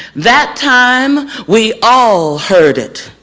that time we all heard it,